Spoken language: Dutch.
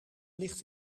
ligt